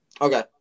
Okay